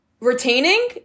Retaining